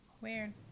Weird